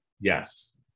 Yes